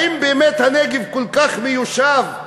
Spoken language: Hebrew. האם באמת הנגב כל כך מיושב?